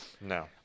No